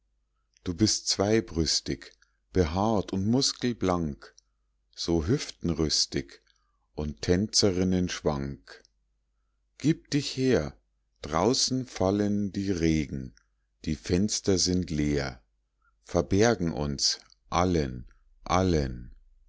du bist zweibrüstig behaart und muskelblank so hüftenrüstig und tänzerinnenschwank gib dich her draußen fallen die regen die fenster sind leer verbergen uns allen allen